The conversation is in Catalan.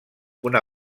una